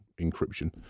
encryption